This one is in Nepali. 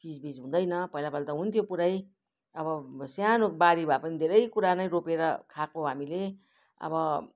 चिजबिज हुँदैन पहिला पहिला त हुन्थ्यो पुरै अब सानो बारी भए पनि धेरै कुरा नै रोपेर खाएको हामीले अब